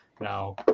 now